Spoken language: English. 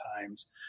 times